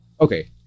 Okay